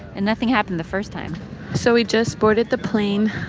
and nothing happened the first time so we just boarded the plane.